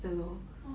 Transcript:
!wah!